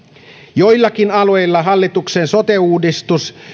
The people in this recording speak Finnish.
joillakin alueilla hallituksen sote uudistus